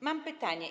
Mam pytanie.